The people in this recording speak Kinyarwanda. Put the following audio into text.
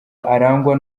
arangwa